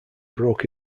broke